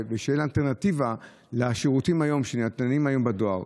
ושתהיה לו אלטרנטיבה לשירותים שניתנים היום בדואר.